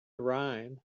rhyme